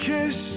Kiss